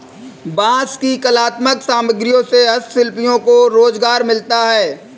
बाँस की कलात्मक सामग्रियों से हस्तशिल्पियों को रोजगार मिलता है